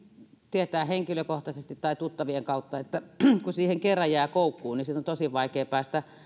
tietää henkilökohtaisesti tai tuttavien kautta että kun siihen kerran jää koukkuun niin siitä on tosi vaikea päästä